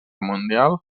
mundial